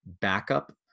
backup